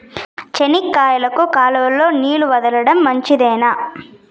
చెనక్కాయకు కాలువలో నీళ్లు వదలడం మంచిదేనా?